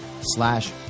slash